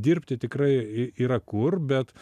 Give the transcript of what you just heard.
dirbti tikrai yra kur bet